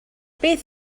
beth